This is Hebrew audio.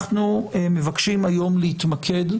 אנחנו מבקשים היום להתמקד,